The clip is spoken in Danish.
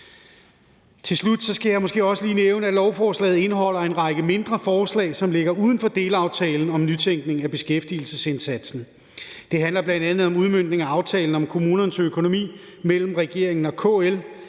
Til slut skal jeg måske også lige nævne, at lovforslaget indeholder en række mindre forslag, som ligger uden for delaftalen om nytænkning af beskæftigelsesindsatsen. Det handler bl.a. om udmøntning af aftalen om kommunernes økonomi mellem regeringen og KL